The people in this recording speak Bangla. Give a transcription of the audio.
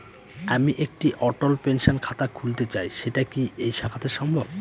আমি একটি অটল পেনশন খাতা খুলতে চাই সেটা কি এই শাখাতে সম্ভব?